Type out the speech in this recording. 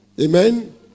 amen